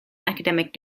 academic